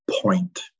point